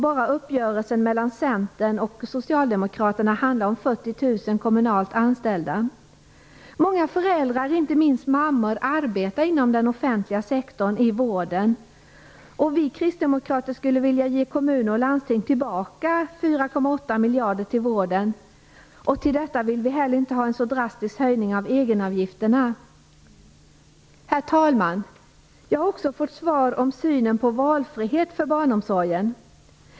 Bara uppgörelsen mellan Centern och Socialdemokraterna handlar om 40 000 kommunalt anställda. Många föräldrar, inte minst mammor, arbetar inom den offentliga sektorn i vården. Vi kristdemokrater skulle vilja ge kommuner och landsting tillbaka 4,8 miljarder till vården. Vi vill inte heller ha en så drastisk höjning av egenavgifterna. Herr talman! Jag har fått svar om synen på valfrihet när det gäller barnomsorgen.